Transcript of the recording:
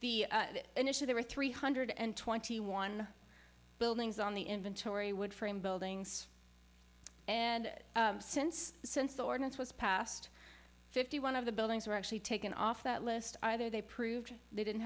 the initial there are three hundred and twenty one buildings on the inventory wood framed buildings and since since the ordinance was passed fifty one of the buildings were actually taken off that list either they proved they didn't